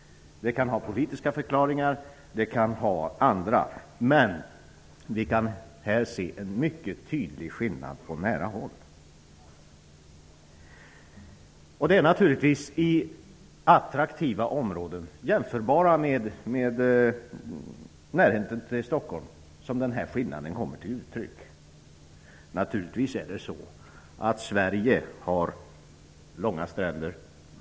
Det kan ha politiska eller andra förklaringar, men vi kan här se en mycket tydligt skillnad på nära håll. Det är naturligtvis i attraktiva områden med närhet till Stockholm som denna skillnad kommer till uttryck. Sverige har långa stränder.